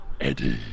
Eddie